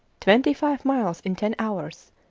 twenty-five miles in ten hours,